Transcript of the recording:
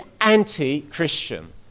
anti-Christian